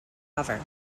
cover